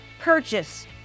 purchase